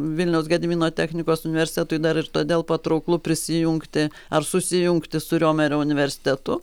vilniaus gedimino technikos universitetui dar ir todėl patrauklu prisijungti ar susijungti su riomerio universitetu